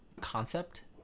concept